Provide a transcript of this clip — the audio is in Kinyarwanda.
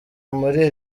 muri